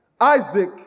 Isaac